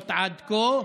1,500 עד כה,